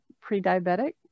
pre-diabetic